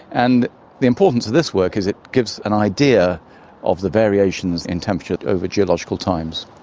and the importance of this work is it gives an idea of the variations in temperature over geological times.